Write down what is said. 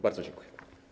Bardzo dziękuję.